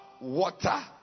water